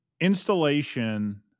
Installation